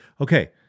okay